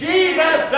Jesus